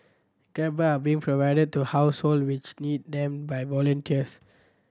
grab bar being provided to households which need them by volunteers